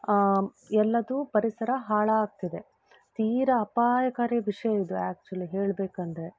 ಎಲ್ಲವೂ ಪರಿಸರ ಹಾಳಾಗ್ತಿದೆ ತೀರ ಅಪಾಯಕಾರಿ ವಿಷಯ ಇದು ಆ್ಯಕ್ಚುಲಿ ಹೇಳಬೇಕಂದ್ರೆ